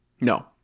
No